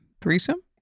threesome